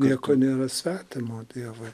nieko nėra svetimo dievui